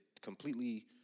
completely